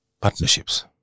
partnerships